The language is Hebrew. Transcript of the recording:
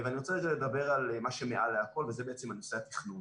אני רוצה לדבר על מה שמעל לכל וזה בעצם על נושא התכנון